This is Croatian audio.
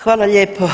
Hvala lijepo.